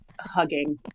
hugging